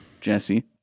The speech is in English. Jesse